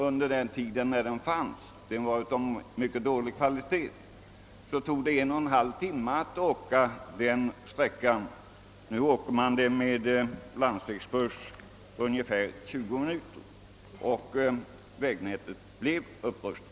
Under den tid banan fanns — den var av mycket dålig kvalitet — tog det en och en halv timme tar det med landsvägsbuss ungefär 20 minuter, ty vägnätet blev upprustat.